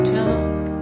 talk